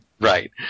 Right